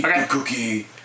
cookie